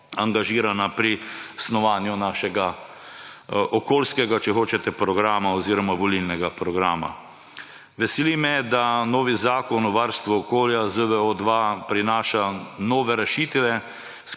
angažirana pri snovanju našega okoljskega, če hočete, programa oziroma volilnega programa. Veseli me, da novi zakon o varstvu okolja, ZVO-2, prinaša nove rešitve,